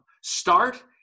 Start